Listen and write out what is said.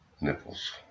Nipples